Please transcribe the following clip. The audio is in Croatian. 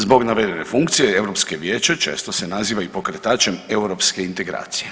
Zbog navedene funkcije Europsko vijeće često se naziva i pokretačem europske integracije.